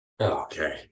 Okay